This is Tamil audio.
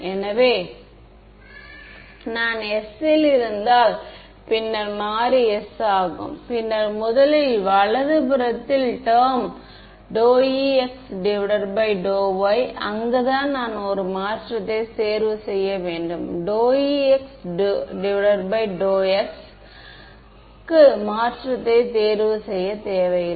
எனவே நான் s இல் இருந்தால் பின்னர் மாறி s ஆகும் பின்னர் முதலில் வலது புறத்தில் டெர்ம் 𝜕Ex𝜕y அங்குதான் நான் ஒரு மாற்றத்தை தேர்வு செய்ய வேண்டும் நான் 𝜕Ex𝜕x க்கு மாற்றத்தை செய்ய தேவையில்லை